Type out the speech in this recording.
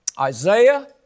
Isaiah